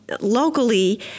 locally